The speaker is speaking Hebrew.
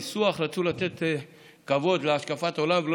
ניסוח רצו לתת כבוד להשקפת עולם ולא